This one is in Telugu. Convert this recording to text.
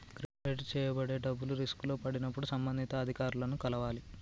క్రెడిట్ చేయబడే డబ్బులు రిస్కులో పడినప్పుడు సంబంధిత అధికారులను కలవాలి